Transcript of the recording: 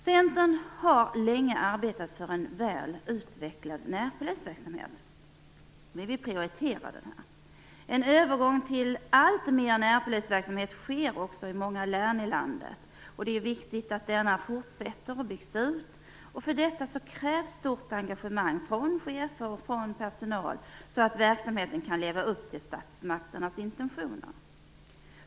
Centern har länge arbetat för en väl utvecklad närpolisverksamhet. Vi vill prioritera det. En övergång till alltmer närpolisverksamhet sker också i många län i landet. Det är viktigt att den fortsätter och byggs ut. För detta krävs stort engagemang från chefer och personal så att verksamheten kan leva upp till statsmaktens intentioner.